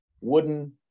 wooden